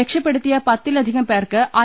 രക്ഷപ്പെടുത്തിയ പത്തി ലധികംപേർക്ക് ഐ